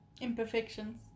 Imperfections